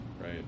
right